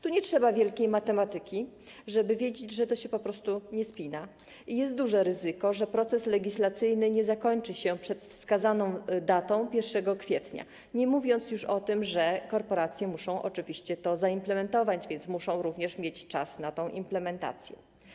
Tu nie trzeba wielkiej matematyki, żeby wiedzieć, że to się po prostu nie spina i jest duże ryzyko, że proces legislacyjny nie zakończy się przed wskazaną datą 1 kwietnia, nie mówiąc już o tym, że korporacje muszą oczywiście to zaimplementować, więc również muszą mieć czas na tę implementację.